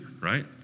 right